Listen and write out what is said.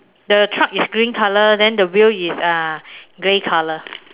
the truck is green color then the wheel is uh grey color